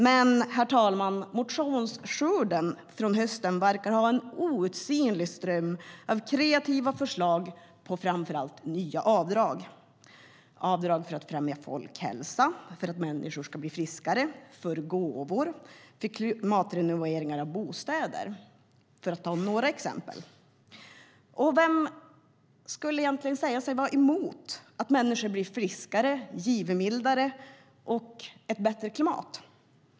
Men motionsskörden från hösten verkar i stället vara en outsinlig ström av kreativa förslag på framför allt nya avdrag - avdrag för att främja folkhälsa, för att människor ska bli friskare, för gåvor eller för klimatrenoveringar av bostäder, för att ta några exempel. Vem kan vara emot att människor blir friskare, givmildare och ett bättre klimat?